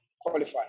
qualify